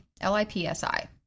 L-I-P-S-I